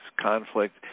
conflict